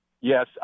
yes